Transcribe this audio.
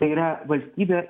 tai yra valstybė